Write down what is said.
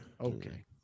Okay